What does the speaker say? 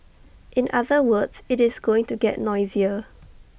in other words IT is going to get noisier